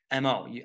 MO